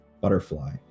butterfly